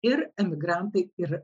ir emigrantai ir